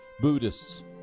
Buddhists